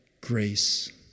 grace